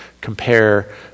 compare